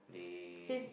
they